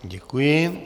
Děkuji.